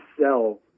sell